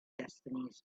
destinies